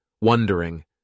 wondering